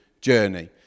journey